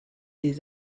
des